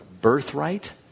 birthright